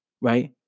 right